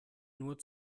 nur